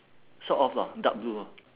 sort of lah dark blue ah